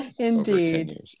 Indeed